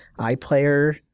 iPlayer